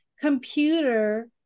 computer